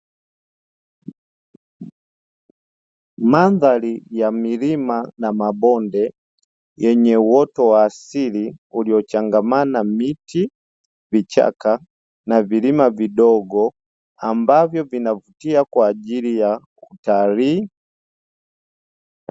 Mandhari ya milima na mabonde yenye uoto wa asili uliochangamana: miti, vichaka na vilima vidogo; ambavyo vinavutia kwa ajili ya utalii.